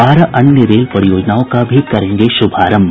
बारह अन्य रेल परियोजनाओं का भी करेंगे शुभारंभ